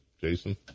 Jason